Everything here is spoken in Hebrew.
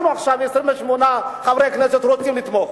אנחנו עכשיו 28 חברי כנסת רוצים לתמוך,